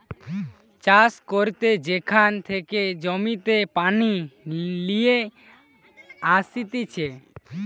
চাষ করতে যেখান থেকে জমিতে পানি লিয়ে আসতিছে